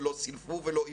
לא סילפו ולא עיוותו,